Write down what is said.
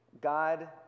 God